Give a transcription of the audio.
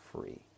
free